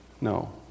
No